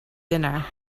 dinner